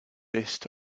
list